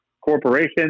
corporation